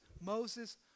Moses